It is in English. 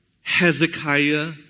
Hezekiah